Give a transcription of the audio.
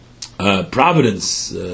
providence